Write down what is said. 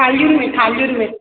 थालियुनि में थालियुनि में